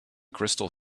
crystal